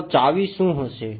તો ચાવી શું હશે